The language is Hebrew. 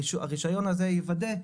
הרישיון הזה יוודא,